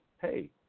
hey